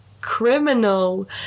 criminal